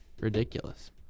ridiculous